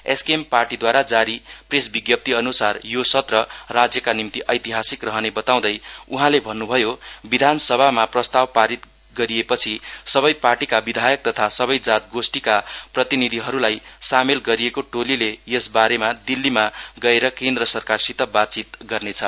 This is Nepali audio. एसकेएम पार्टीद्वारा जारी प्रेश विज्ञप्रिअन्सार यो सत्र राज्यका निम्ति ऐतिहासिक रहने बताउँदै उहाँले भन्न्भयो विधानसभामा प्रस्ताव पारित गरिएपछि सबै पार्टीका विधायक तथा सबै जात गोष्ठीका प्रतिनिधिहरूलाई सामेल गरिएको टोलीले यसबारेमा दिल्लीमा गएर केन्द्र सरकारसित बातचित गर्नेछ